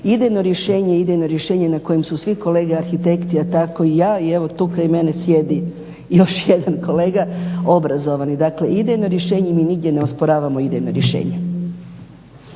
kojim jesmo i idejno rješenje na kojem su svi kolege arhitekti pa tako i ja i evo tu kraj mene sjedi još jedan kolega obrazovani. Dakle idejno rješenje, mi nigdje ne osporavamo idejno rješenje.